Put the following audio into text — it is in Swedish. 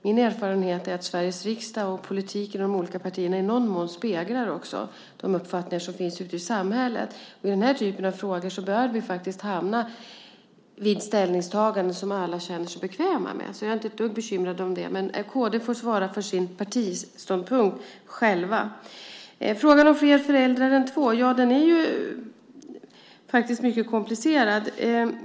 Min erfarenhet är att Sveriges riksdag och politiken i de olika partierna i någon mån speglar de uppfattningar som finns ute i samhället. I den här typen av frågor bör vi hamna vid ställningstaganden som alla känner sig bekväma med. Jag är alltså inte ett dugg bekymrad över det, men kd får svara för sin partiståndpunkt själva. Frågan om fler föräldrar än två är faktiskt mycket komplicerad.